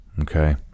Okay